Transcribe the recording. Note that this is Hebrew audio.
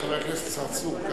חבר הכנסת צרצור.